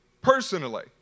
personally